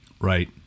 right